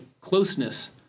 closeness